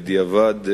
בדיעבד,